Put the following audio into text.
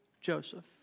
Joseph